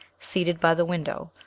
seated by the window,